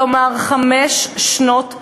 כלומר חמש שנות מאסר,